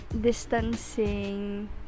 distancing